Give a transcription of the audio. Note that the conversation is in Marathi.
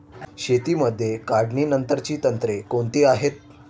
शेतीमध्ये काढणीनंतरची तंत्रे कोणती आहेत?